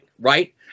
Right